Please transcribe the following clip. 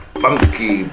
funky